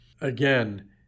Again